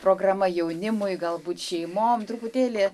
programa jaunimui galbūt šeimom truputėlį